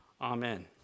Amen